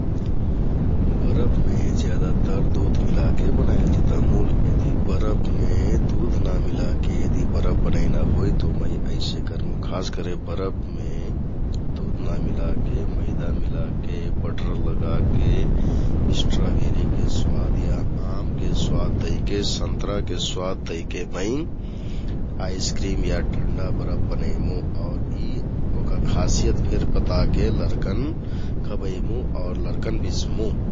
बरफ में ज्यादातर दुध मिलाके बनाइल जीता मुल यदि बरफमे दुध ना मिलाके यदि बरफ बनैना होइ तौ मैं ऐसे करमु, खास करके बरफमे दुध ना मिलाके मैदा मिलाके, वटर लगाके स्ट्राबेरिके स्वाद या आमके स्वाद दैके, सन्तराके स्वाद दैके मैं आइसक्रिम या ठन्डा बरफ बनैमु आउर इ वहका खासियत फेर बताके लरकन खबैमु आउर लरकन बिंच्मुँ ।